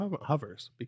hovers